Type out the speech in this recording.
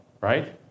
Right